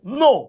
no